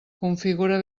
configura